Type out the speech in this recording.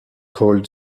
called